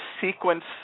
sequence